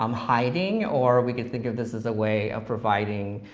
um hiding, or we can think of this as a way of providing